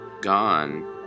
Gone